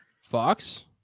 Fox